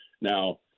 Now